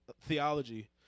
theology